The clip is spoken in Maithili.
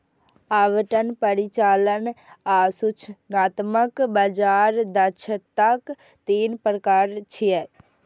आवंटन, परिचालन आ सूचनात्मक बाजार दक्षताक तीन प्रकार छियै